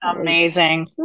Amazing